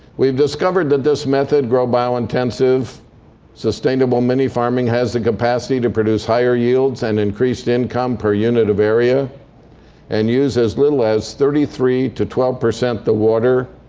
we've discovered that this method, grow biointensive sustainable mini-farming, has the capacity to produce higher yields and increased income per unit of area and use as little as thirty three percent to twelve percent the water.